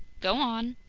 go on!